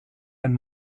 ein